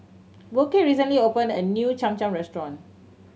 Burke recently opened a new Cham Cham restaurant